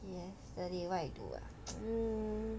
yesterday what I do ah mm